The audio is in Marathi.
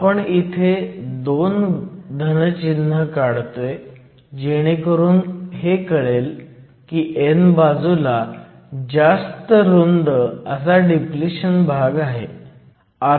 आपण इथे 2 धन चिन्ह काढतोय जेणेकरून हे कळेल की n बाजूला जास्त रुंद डिप्लिशन भाग आहे